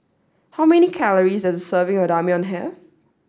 how many calories does a serving of Ramyeon have